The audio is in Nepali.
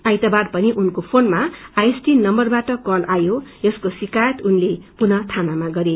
आइतवार पनि उनको फोनमा आईएसडी नम्बरबाट कल आयो यसको शिक्रायत उनले पुन थानाम गरयो